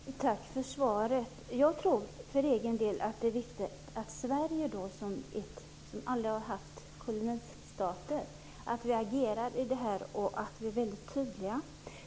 Fru talman! Tack för svaret. Jag tror för egen del att det är viktigt att Sverige, som aldrig har haft kolonistater, agerar i det här och är väldigt tydlig.